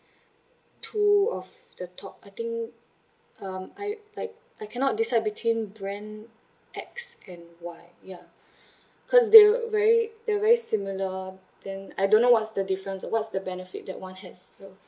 two of the top I think um I like I cannot decide between brand X and Y ya cause they very they're very similar then I don't know what's the difference or what's the benefit that one has so